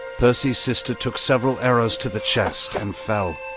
percy's sister took several arrows to the chest and fell.